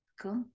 Cool